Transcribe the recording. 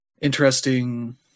interesting